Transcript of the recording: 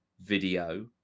video